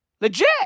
Legit